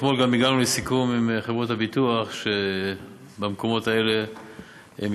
אתמול גם הגענו לסיכום עם חברות הביטוח שבמקומות האלה הם